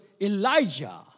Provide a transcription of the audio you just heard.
Elijah